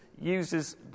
uses